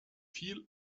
viel